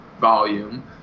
volume